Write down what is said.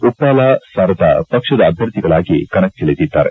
ವುಪ್ಪಾಲಾ ಸಾರದಾ ಪಕ್ಷದ ಅಭ್ಯರ್ಥಿಗಳಾಗಿ ಕಣಕ್ಕಿಳಿದಿದ್ದಾರೆ